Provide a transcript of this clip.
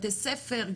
בתי ספר,